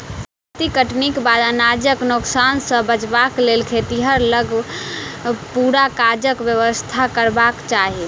जजाति कटनीक बाद अनाजक नोकसान सॅ बचबाक लेल खेतहि लग पूरा काजक व्यवस्था करबाक चाही